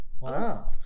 Wow